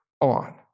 on